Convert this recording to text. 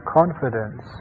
confidence